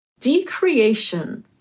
Decreation